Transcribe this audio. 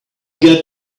get